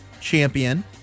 champion